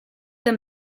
them